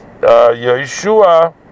Yeshua